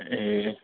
ए